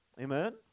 Amen